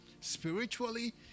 spiritually